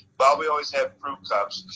bobbie always had fruit cups,